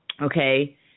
Okay